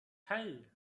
hey